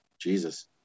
jesus